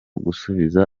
gusubiza